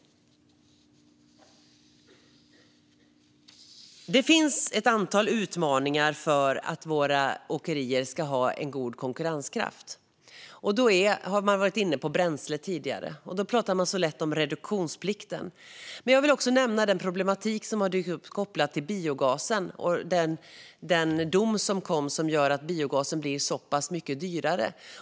Det finns ett antal utmaningar för att våra åkerier ska ha en god konkurrenskraft. Man har tidigare varit inne på bränsle, och då pratar man lätt om reduktionsplikten. Jag vill dock även nämna den problematik som har dykt upp kopplat till biogasen och den dom som gör att biogasen blir så mycket dyrare.